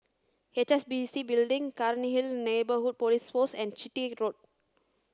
H S B C Building Cairnhill Neighbourhood Police Post and Chitty Road